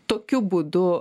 tokiu būdu